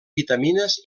vitamines